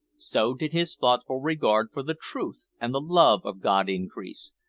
so did his thoughtful regard for the truth and the love of god increase,